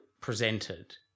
presented